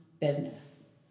business